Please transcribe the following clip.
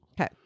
Okay